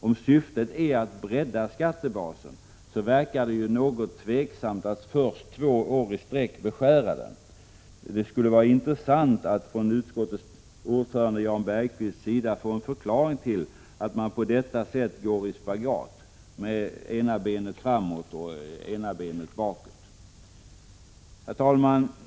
Om syftet är att bredda skattebasen verkar det ju något tveksamt att först två år i sträck beskära den. Det skulle vara intressant att från utskottets ordförande Jan Bergqvist få en förklaring till att man på detta sätt går i spagat, med ett ben framåt och ett bakåt. Herr talman!